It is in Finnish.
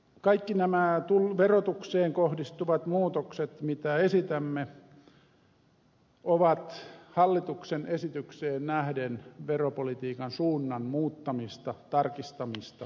kaikki nämä verotukseen kohdistuvat muutokset mitä esitämme ovat hallituksen esitykseen nähden veropolitiikan suunnan muuttamista tarkistamista